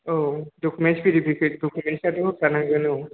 औ documents verification डकुमेन्टआथ' होखानांगोन औ